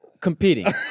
Competing